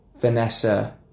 Vanessa